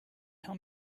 tell